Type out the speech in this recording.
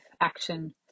action